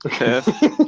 Okay